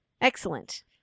excellent